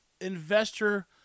investor